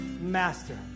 master